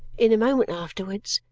in a moment afterwards,